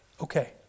okay